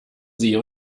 sie